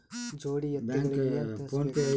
ಜೋಡಿ ಎತ್ತಗಳಿಗಿ ಏನ ತಿನಸಬೇಕ್ರಿ?